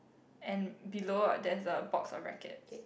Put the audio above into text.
and below there is a box of rackets